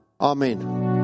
Amen